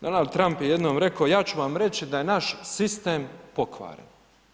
Donald Trump je jednom rekao ja ću vam reći, da je naš sistem pokvaren.